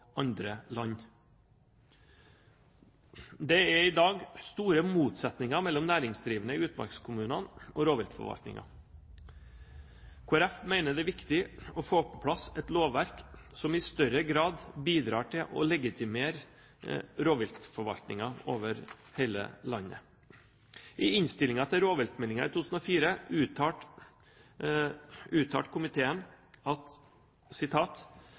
andre land. Det er i dag store motsetninger mellom næringsdrivende i utmarkskommunene og rovviltforvaltningen. Kristelig Folkeparti mener det er viktig å få på plass et lovverk som i større grad bidrar til å legitimere rovviltforvaltningen over hele landet. I innstillingen til rovviltmeldingen i 2004 uttalte komiteen: